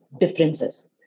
differences